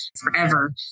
forever